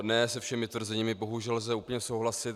Ne se všemi tvrzeními bohužel lze úplně souhlasit.